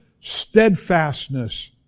steadfastness